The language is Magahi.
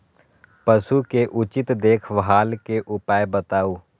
पशु के उचित देखभाल के उपाय बताऊ?